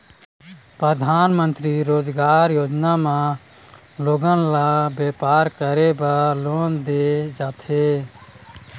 परधानमंतरी रोजगार योजना म लोगन ल बेपार करे बर लोन दे जाथे